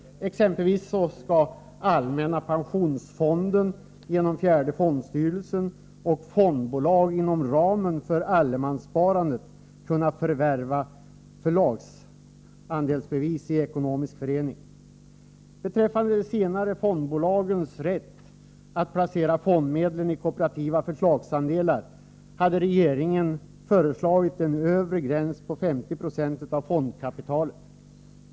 Exempelvis skall allmänna pensionsfonden genom fjärde fondstyrelsen och fondbolag inom ramen för allemanssparandet kunna förvärva förlagsandelsbevis i ekonomisk förening. Beträffande fondbolagens rätt att placera fondmedlen i kooperativa förlagsandelar föreslog regeringen en övre gräns vid 50 96 av fondkapitalet.